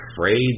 afraid